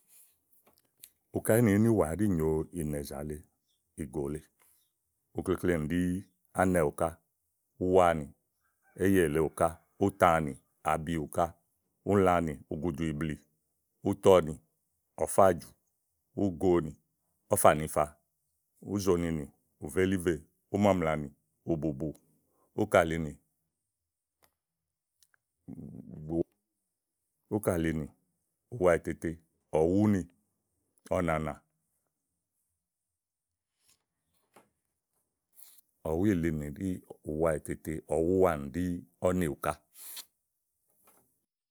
uká ínìwúíníwà ɛɖí nyòo ìnɛ zà lèe ìgò lèe uklekle nì ɖi ánɛùká, úwaanì éyèèle ùká útããnì abiùká, ùlãnì ùgùdùìblì, útɔɔnì ɔ̀fáàjù, úgoonì ɔ̀fànifa, úzooninì ùvélívè, úmaamlànì ùbùbù, úkààlinì ùyílálɛ, ɔ̀wúnì ɔ̀nànà ɔ̀wúìlini ù waètete ɔ̀wúúwaanì ɔ̀nìùká.